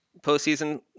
postseason